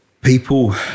people